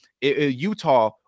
Utah